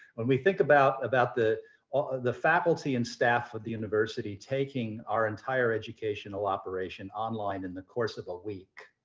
when we think about about the ah the faculty and staff at the university taking our entire educational operation online in the course of a week,